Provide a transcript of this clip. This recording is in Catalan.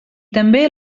també